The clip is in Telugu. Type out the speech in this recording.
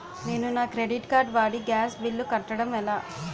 నేను నా క్రెడిట్ కార్డ్ వాడి గ్యాస్ బిల్లు కట్టడం ఎలా?